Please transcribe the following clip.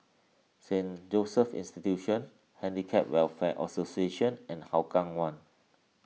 Saint Joseph's Institution Handicap Welfare Association and Hougang one